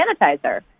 sanitizer